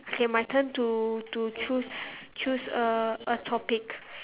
okay my turn to to choose choose a a topic